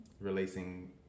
Releasing